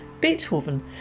Beethoven